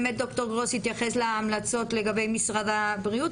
באמת ד"ר גרוס התייחס להמלצות לגבי משרד הבריאות,